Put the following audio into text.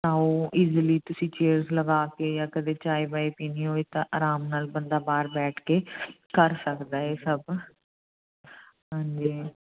ਤਾਂ ਉਹ ਈਜ਼ੀਲੀ ਤੁਸੀਂ ਚੇਅਰਸ ਲਗਾ ਕੇ ਜਾਂ ਕਦੇ ਚਾਏ ਬਾਏ ਪੀਣੀ ਹੋਵੇ ਤਾਂ ਆਰਾਮ ਨਾਲ ਬੰਦਾ ਬਾਹਰ ਬੈਠ ਕੇ ਕਰ ਸਕਦਾ ਹੈ ਇਹ ਸਭ ਹਾਂਜੀ